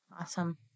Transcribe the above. Awesome